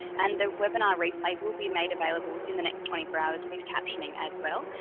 and the webinar replay will be made available within the next twenty four hours, with captioning as well.